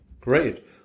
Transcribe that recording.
Great